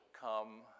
come